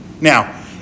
Now